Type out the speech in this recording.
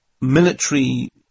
military